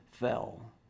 fell